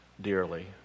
dearly